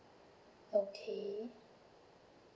okay